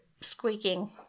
squeaking